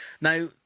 now